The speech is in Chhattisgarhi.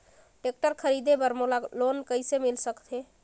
टेक्टर खरीदे बर मोला लोन कइसे मिल सकथे?